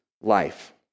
life